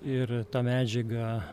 ir tą medžiagą